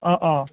অঁ অঁ